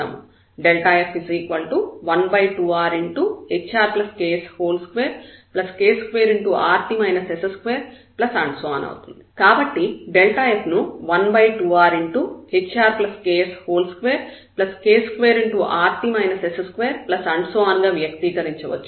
f12rhrks2k2 కాబట్టి f ను 12rhrks2k2 గా వ్యక్తీకరించవచ్చు